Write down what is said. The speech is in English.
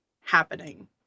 happening